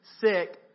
sick